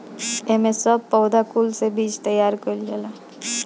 एमे सब पौधा कुल से बीज तैयार कइल जाला